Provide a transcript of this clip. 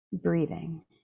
breathing